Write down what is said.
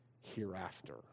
hereafter